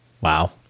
Wow